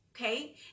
okay